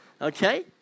Okay